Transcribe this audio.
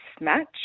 match